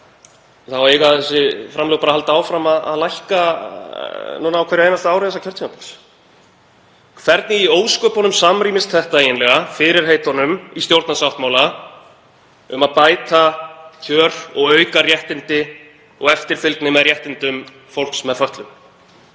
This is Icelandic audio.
frumvarpi til fjárlaga, bara að halda áfram að lækka á hverju einasta ári þessa kjörtímabils. Hvernig í ósköpunum samrýmist þetta eiginlega fyrirheitunum í stjórnarsáttmála um að bæta kjör og auka réttindi og eftirfylgni með réttindum fólks með fötlun?